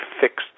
fixed